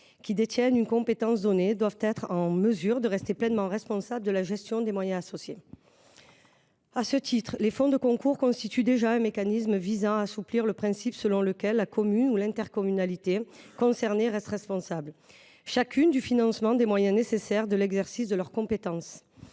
qui détiennent une compétence donnée doivent être en mesure de rester pleinement responsables de la gestion des moyens associés. À ce titre, les fonds de concours constituent déjà un mécanisme visant à assouplir le principe selon lequel la commune et l’intercommunalité concernées restent responsables, chacune, du financement des moyens nécessaires à l’exercice de leurs compétences.